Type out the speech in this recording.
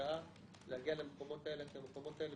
ההשקעה להגיע למקומות האלה כי המקומות האלה